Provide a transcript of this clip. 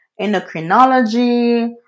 endocrinology